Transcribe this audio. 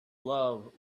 love